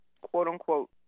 quote-unquote